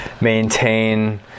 maintain